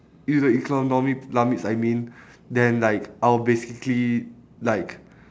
if the economy plummets I mean then like I'll basically like